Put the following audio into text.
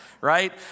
right